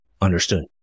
Understood